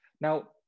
Now